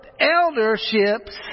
elderships